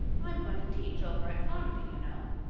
i'm going to teach over at carmody, you know.